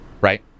right